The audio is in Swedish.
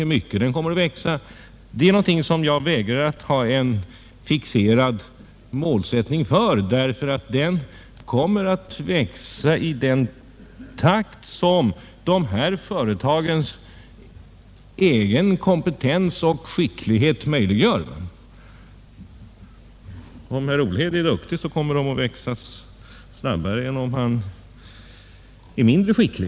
Hur mycket den kommer att växa är något som jag vägrar att ha en fixerad målsättning för, eftersom tillväxten kommer att ske i den takt som de statliga företagens egen kompetens möjliggör. Om t.ex. herr Olhede är duktig, kommer det hela att gå snabbare än om han är mindre skicklig.